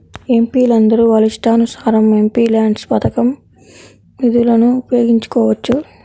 ఎంపీలందరూ వాళ్ళ ఇష్టానుసారం ఎంపీల్యాడ్స్ పథకం నిధులను ఉపయోగించుకోవచ్చు